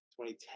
2010